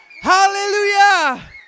Hallelujah